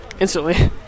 instantly